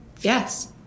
yes